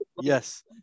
yes